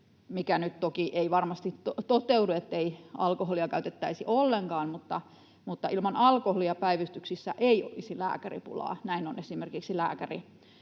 mikä nyt toki ei varmasti toteudu — ettei alkoholia käytettäisi ollenkaan, mutta ilman alkoholia päivystyksissä ei olisi lääkäripulaa. Näin on esimerkiksi lääkäri